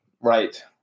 Right